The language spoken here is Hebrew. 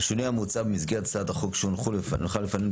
השינוי המוצע במסגרת הצעת החוק שהונחה לפנינו,